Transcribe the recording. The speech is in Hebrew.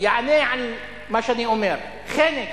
יענה על מה שאני אומר: חנק,